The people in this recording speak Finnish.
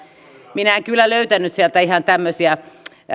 minä en kyllä löytänyt sieltä ihan tämmöisiä